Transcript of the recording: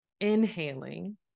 inhaling